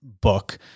book